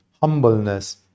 humbleness